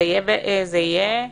זה יהיה?